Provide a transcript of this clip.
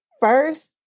first